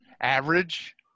Average